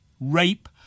rape